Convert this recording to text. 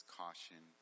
caution